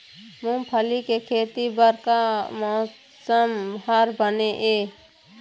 मूंगफली के खेती बर का मौसम हर बने ये?